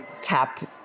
tap